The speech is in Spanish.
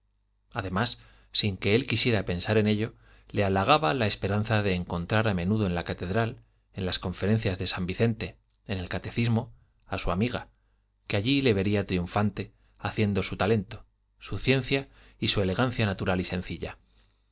además sin que él quisiera pensar en ello le halagaba la esperanza de encontrar a menudo en la catedral en las conferencias de san vicente en el catecismo a su amiga que allí le vería triunfante luciendo su talento su ciencia y su elegancia natural y sencilla